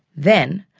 then,